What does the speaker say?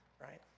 right